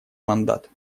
мандат